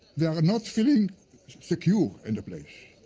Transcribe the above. they are not feeling secure in the place.